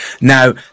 Now